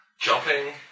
Jumping